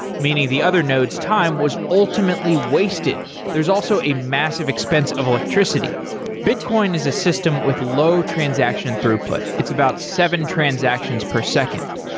meaning the other nodes' time was ultimately wasted. there is also a massive expense of electricity bitcoin is a system with low transaction throughput. it's about seven transactions per second.